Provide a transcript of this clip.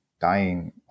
dying